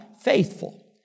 faithful